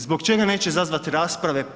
Zbog čega neće izazvati rasprave?